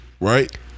Right